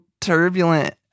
turbulent